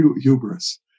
hubris